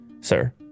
sir